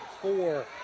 four